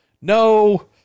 No